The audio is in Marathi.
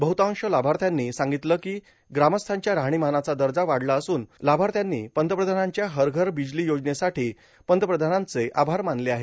बद्दतांश लाभार्थ्यांनी सांगितलं की ग्रामस्थांच्या राहणीमानाचा दर्जा वाढला असून लाभार्थ्यांनी पंतप्रधानांच्या हर घर बिजली योजनेसाठी पंतप्रधानांचे आभार मानले आहेत